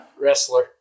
Wrestler